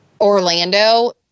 Orlando